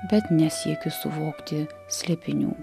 bet nesiekiu suvokti slėpinių